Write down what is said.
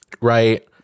Right